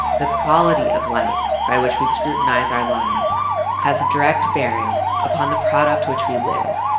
the quality of light by which we scrutinize our lives has direct bearing upon the product which we live,